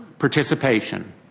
Participation